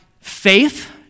faith